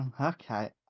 Okay